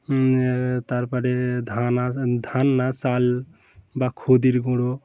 তারপরে ধান আ ধান না চাল বা খুদেরির গুঁড়ো